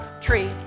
tree